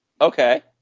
Okay